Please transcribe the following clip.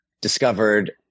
discovered